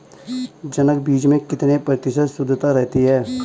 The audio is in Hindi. जनक बीज में कितने प्रतिशत शुद्धता रहती है?